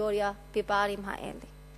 וקטגוריה בפערים האלה.